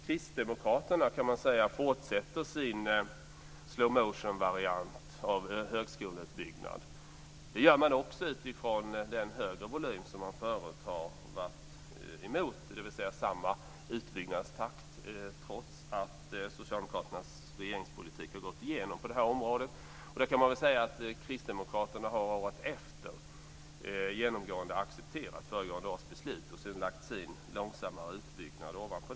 Kristdemokraterna fortsätter, kan man säga, sin slow motion-variant av högskoleutbyggnad, också utifrån den högre volym som man förut har varit emot. De vill alltså ha samma utbyggnadstakt trots att Socialdemokraternas regeringspolitik har gått igenom på det här området. Man kan säga att Kristdemokraterna vartefter genomgående har accepterat föregående års beslut och sedan lagt sin långsammare utbyggnad ovanpå det.